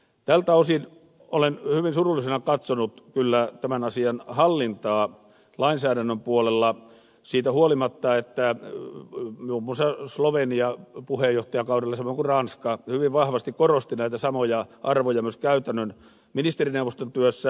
tältä osin olen hyvin surullisena katsonut kyllä tämän asian hallintaa lainsäädännön puolella siitä huolimatta että slovenia puheenjohtajakaudellaan samoin kuin ranska hyvin vahvasti korostivat näitä samoja arvoja myös käytännön ministerineuvoston työssä